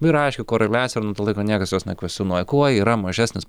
nu ir aiški koreliacija nuo to laiko niekas jos nekvestionuoja kuo yra mažesnis